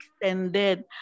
extended